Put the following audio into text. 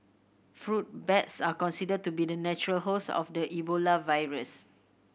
fruit bats are considered to be the natural host of the Ebola virus